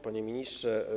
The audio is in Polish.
Panie Ministrze!